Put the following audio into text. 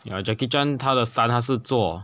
ya jackie chan 他的 stunts 他是做